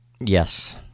Yes